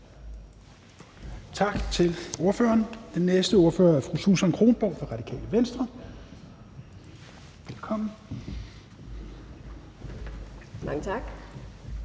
Tak til ordføreren. Den næste ordfører er fru Susan Kronborg fra Radikale Venstre. Velkommen. Kl.